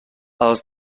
els